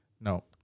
No